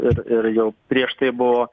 ir ir jau prieš tai buvo